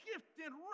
gifted